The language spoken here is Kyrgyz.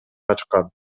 ачкан